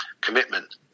commitment